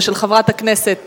ושל חברת הכנסת